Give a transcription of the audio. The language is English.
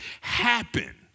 happen